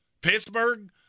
Pittsburgh